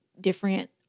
different